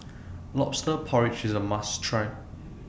Lobster Porridge IS A must Try